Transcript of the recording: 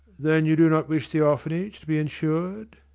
then you do not wish the orphanage to be insured?